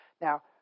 Now